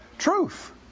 truth